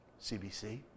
CBC